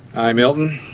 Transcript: i'm elvan.